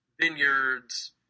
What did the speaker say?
vineyards